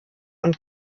und